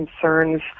concerns